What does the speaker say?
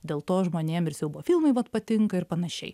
dėl to žmonėm ir siaubo filmai vat patinka ir panašiai